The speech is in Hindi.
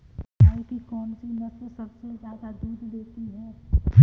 गाय की कौनसी नस्ल सबसे ज्यादा दूध देती है?